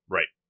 Right